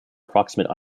approximate